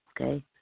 Okay